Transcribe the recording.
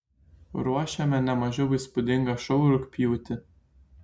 ruošiame ne mažiau įspūdingą šou rugpjūtį